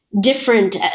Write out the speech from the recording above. different